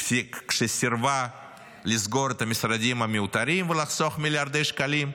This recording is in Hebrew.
כשסירבה לסגור את המשרדים המיותרים ולחסוך מיליארדי שקלים,